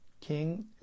King